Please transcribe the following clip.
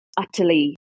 utterly